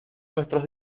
nuestros